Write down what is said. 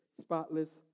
spotless